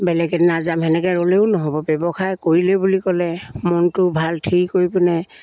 বেলেগ এদিনা যাম তেনেকৈ ৰ'লেও নহ'ব ব্যৱসায় কৰিলে বুলি ক'লে মনটো ভাল থিৰ কৰি পিনে